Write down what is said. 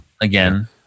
again